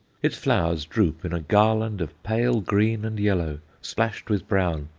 its flowers droop in a garland of pale green and yellow, splashed with brown,